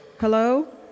Hello